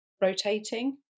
rotating